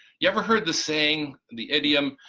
you ever heard the saying, the idiom,